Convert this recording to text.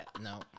No